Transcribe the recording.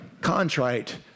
contrite